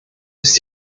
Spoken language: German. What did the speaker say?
ist